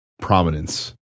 prominence